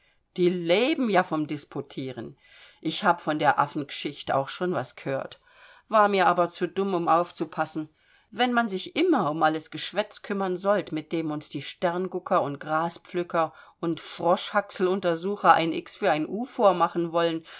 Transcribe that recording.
die leben ja vom disputieren ich hab von der affeng'schicht auch schon was g'hört war mir aber zu dumm um aufzupassen wenn man sich immer um alles geschwätz kümmern sollt mit dem uns die sterngucker und graspflücker und froschhaxl untersucher ein x für ein u vormachen wollen